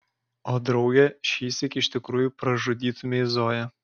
o drauge šįsyk iš tikrųjų pražudytumei zoją